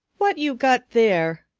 what you got there?